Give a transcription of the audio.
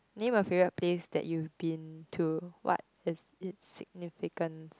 name a favorite place that you've been to what is it's significance